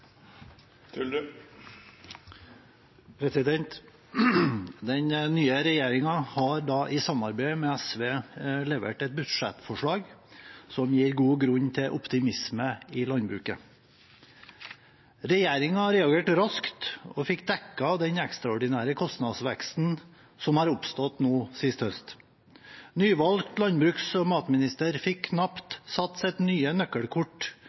Den nye regjeringen har i samarbeid med SV levert et budsjettforslag som gir god grunn til optimisme i landbruket. Regjeringen reagerte raskt og fikk dekket den ekstraordinære kostnadsveksten som har oppstått i høst. Nyvalgt landbruks- og matminister fikk knapt satt sitt nye nøkkelkort